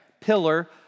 pillar